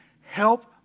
help